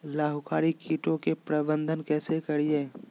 लाभकारी कीटों के प्रबंधन कैसे करीये?